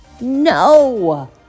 no